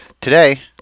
Today